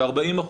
ו-40%,